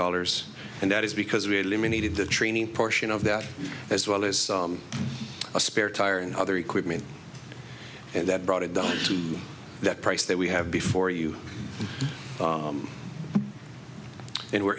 dollars and that is because we eliminated the training portion of that as well as a spare tire and other equipment and that brought it down to that price that we have before you and we're